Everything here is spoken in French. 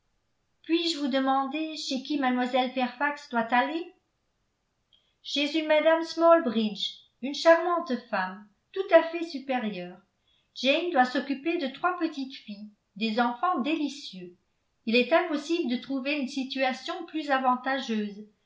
puis-je vous demander chez qui mlle fairfax doit aller chez une mme smallbridge une charmante femme tout à fait supérieure jane doit s'occuper de trois petites filles des enfants délicieux il est impossible de trouver une situation plus avantageuse